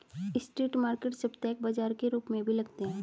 street market साप्ताहिक बाजार के रूप में भी लगते हैं